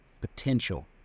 potential